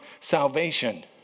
salvation